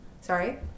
Sorry